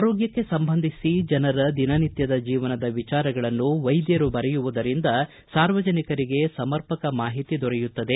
ಆರೋಗ್ಟಕ್ಕೆ ಸಂಬಂಧಿಸಿ ಜನರ ದಿನನಿತ್ಯದ ಜೀವನದ ವಿಚಾರಗಳನ್ನು ವೈದ್ಯರು ಬರೆಯುವುದರಿಂದ ಸಾರ್ವಜನಿಕರಿಗೆ ಸಮರ್ಪಕ ಮಾಹಿತಿ ದೊರೆಯುತ್ತದೆ